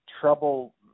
trouble